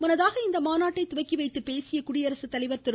முன்னதாக இம்மாநாட்டை துவக்கி வைத்த குடியரசுத்தலைவர் திரு